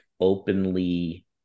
openly